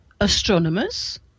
astronomers